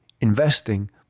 investing